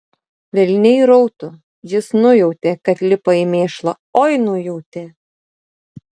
velniai rautų jis nujautė kad lipa į mėšlą oi nujautė